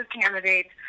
candidates